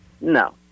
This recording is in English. no